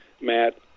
Matt